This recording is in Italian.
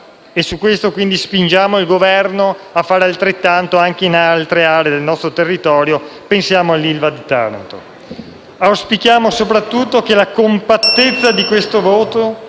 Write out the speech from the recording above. Per questo spingiamo il Governo a fare altrettanto anche in altre aree del nostro territorio, e pensiamo all'Ilva di Taranto. Auspichiamo soprattutto che la compattezza di questo voto